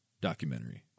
documentary